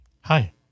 Hi